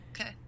Okay